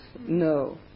no